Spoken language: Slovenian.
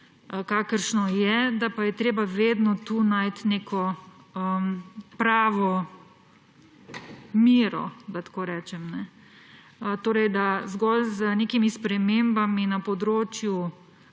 kakršno je, da pa je treba vedno tu najti neko pravo mero, da tako rečem, da zgolj z nekimi spremembami na področju